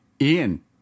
Ian